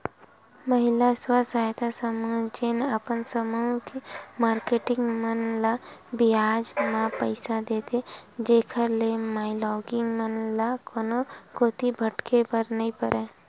महिला स्व सहायता समूह जेन अपन समूह के मारकेटिंग मन ल बियाज म पइसा देथे, जेखर ले माईलोगिन मन ल कोनो कोती भटके बर नइ परय